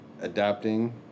adapting